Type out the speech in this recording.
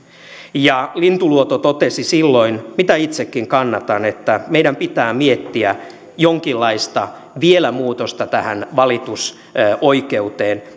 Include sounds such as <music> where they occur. lintuluoto totesi silloin mitä itsekin kannatan että meidän pitää miettiä vielä jonkinlaista muutosta tähän valitusoikeuteen <unintelligible>